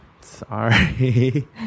sorry